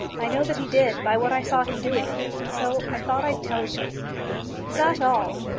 i know that he did, by what i saw him doing and so i thought i'd tell you. is that all?